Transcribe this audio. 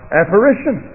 apparition